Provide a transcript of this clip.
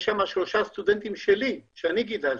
יש שם שלושה סטודנטים שלי, שאני גידלתי.